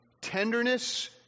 tenderness